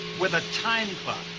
with a time clock.